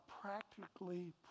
practically